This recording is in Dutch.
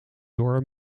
door